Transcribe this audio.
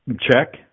check